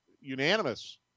unanimous